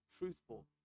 Truthful